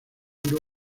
duro